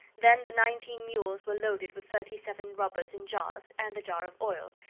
then the nineteen mules were loaded with thirty-seven robbers in jars and the jar of oil,